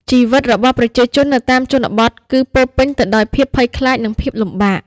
ជីវិតរបស់ប្រជាជននៅតាមជនបទគឺពោរពេញទៅដោយភាពភ័យខ្លាចនិងភាពលំបាក។